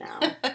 now